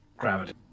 gravity